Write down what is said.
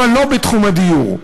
אבל לא בתחום הדיור.